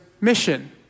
Mission